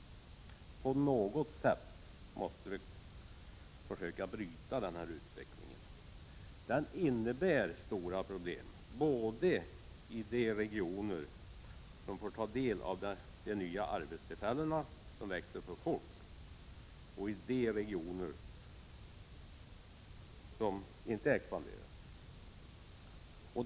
På något sätt måste vi försöka bryta den utvecklingen. Den utvecklingen innebär stora problem, både i de regioner som får ta del av de nya arbetstillfällena och som växer för fort och i de regioner som inte expanderar.